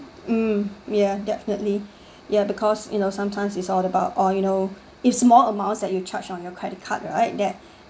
um ya definitely ya because you know sometimes it's all about or you know if small amounts that you charge on your credit card right that